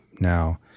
Now